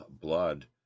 blood